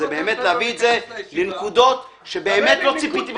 זה באמת להביא את זה לנקודות שבאמת לא ציפיתי ממך,